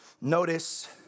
Notice